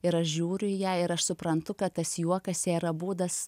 ir aš žiūriu į ją ir aš suprantu kad tas juokas jai yra būdas